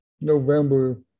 November